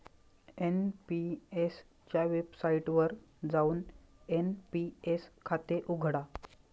NPS च्या वेबसाइटवर जाऊन एन.पी.एस खाते उघडा